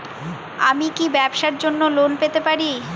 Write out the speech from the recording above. আমি কি ব্যবসার জন্য লোন পেতে পারি?